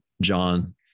John